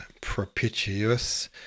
propitious